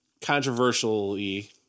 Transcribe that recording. controversially